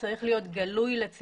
הנתון הזה צריך להיות גלוי לציבור,